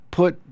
put